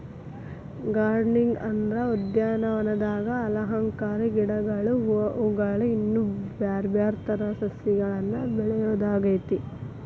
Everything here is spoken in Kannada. ಗಾರ್ಡನಿಂಗ್ ಅಂದ್ರ ಉದ್ಯಾನವನದಾಗ ಅಲಂಕಾರಿಕ ಗಿಡಗಳು, ಹೂವುಗಳು, ಇನ್ನು ಬ್ಯಾರ್ಬ್ಯಾರೇ ತರದ ಸಸಿಗಳನ್ನ ಬೆಳಿಯೋದಾಗೇತಿ